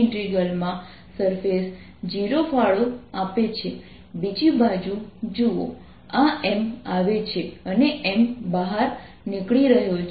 તેથી આ ઘનતા માટે આપણે વ્યાખ્યાનોમાં પોટેન્શિયલ જોયું છે